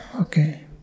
Okay